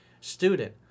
student